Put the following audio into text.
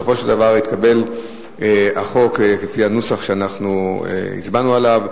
בסופו של דבר התקבל החוק כפי הנוסח שאנחנו הצבענו עליו.